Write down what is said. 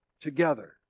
together